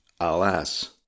alas